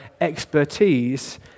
expertise